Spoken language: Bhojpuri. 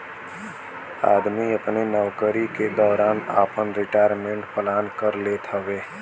आदमी अपने नउकरी के दौरान आपन रिटायरमेंट प्लान कर लेत हउवे